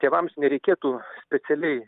tėvams nereikėtų specialiai